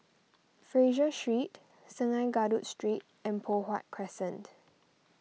Fraser Street Sungei Kadut Street and Poh Huat Crescent